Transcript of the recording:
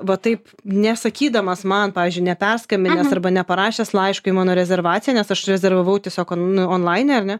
va taip nesakydamas man pavyzdžiui neperskambinęs arba neparašęs laiško į mano rezervaciją nes aš rezervavau tiesiog nu onlaine ar ne